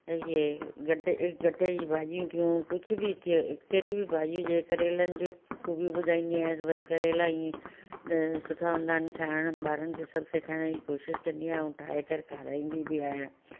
इहे गटे गटे जी भाॼियूं थियूं कुझु बि थिए कहिड़ी बि भाॼी थिए करेलनि जो ख़ूबियूं ॿुधाईंदी आहियां वेही करे इलाही सुठा हूंदा आहिनि खाइण में ॿारनि खे सभु सेखाइण जी कोशिशि कंदी आहे ऐं ठाहे करे खाराईंदी बि आहियां